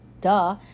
Duh